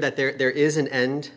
that there is an end